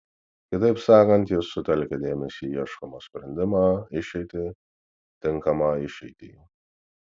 kitaip sakant jis sutelkia dėmesį į ieškomą sprendimą išeitį tinkamą išeitį